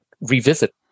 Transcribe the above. revisit